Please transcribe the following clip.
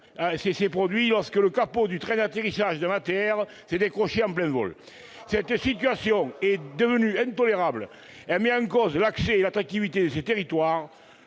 semaines, le capot du train d'atterrissage d'un ATR s'est décroché en plein vol. Ah ! Cette situation est devenue intolérable. Elle met en cause l'accès et l'attractivité de ces territoires,